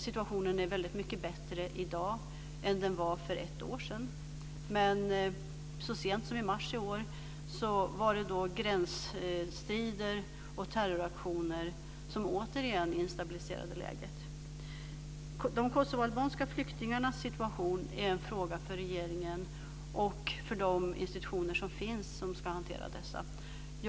Situationen är i dag väldigt mycket bättre än den var för ett år sedan, men så sent som i mars i år instabiliserades läget återigen av gränsstrider och terroraktioner. De kosovoalbanska flyktingarnas situation är en fråga för regeringen och för de institutioner som finns för att hantera sådana frågor.